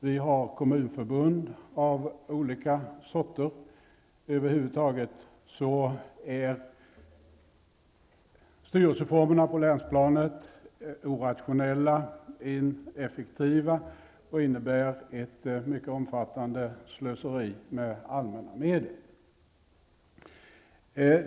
Vi har kommunförbund av olika sorter. Över huvud taget är styrelseformerna på länsplanet orationella och ineffektiva och innebär ett mycket omfattande slöseri med allmänna medel.